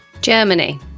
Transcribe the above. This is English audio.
Germany